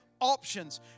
options